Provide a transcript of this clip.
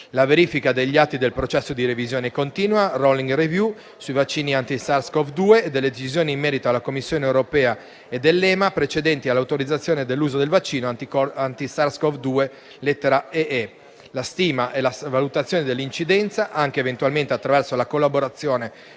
la verifica degli atti del processo di revisione continua (*rolling review*) sui vaccini anti SARS-CoV-2 e delle decisioni in merito della Commissione europea e dell'Agenzia europea per i medicinali (EMA) precedenti all'autorizzazione dell'uso del vaccino anti SARS-CoV-2 (lettera *ee*); la stima e la valutazione dell'incidenza, anche eventualmente attraverso la collaborazione